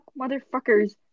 motherfuckers